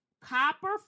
copper